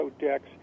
decks